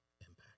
impact